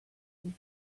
with